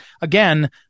again